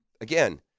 again